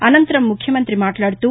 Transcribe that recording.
అనంతరం ముఖ్యమంతి మాట్లాడుతూ